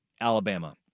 Alabama